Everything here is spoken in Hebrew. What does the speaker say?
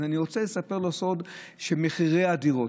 אז אני רוצה לספר לו סוד: מחירי הדירות